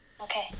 Okay